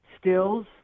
Stills